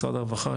משרד הרווחה,